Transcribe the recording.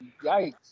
Yikes